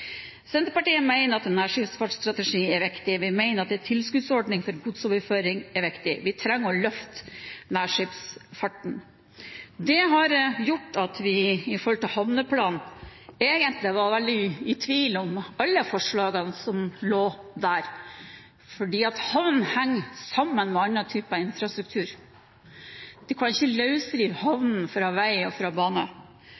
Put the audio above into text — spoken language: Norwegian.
viktig. Vi mener at en tilskuddsordning for godsoverføring er viktig. Vi trenger å løfte nærskipsfarten. Det har gjort at vi med tanke på en havneplan egentlig var veldig i tvil om alle forslagene som lå der, fordi havn henger sammen med annen type infrastruktur – man kan ikke